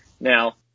Now